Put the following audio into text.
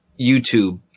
YouTube